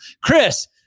Chris